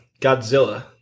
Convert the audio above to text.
Godzilla